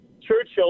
Churchill